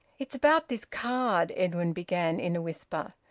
it's about this card, edwin began in a whisper,